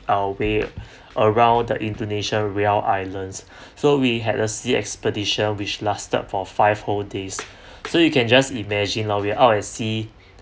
our way around the indonesia riau islands so we had a sea expedition which lasted for five whole days so you can just imagine lah we out at sea